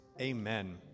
Amen